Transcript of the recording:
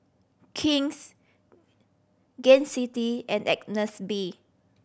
King's Gain City and Agnes B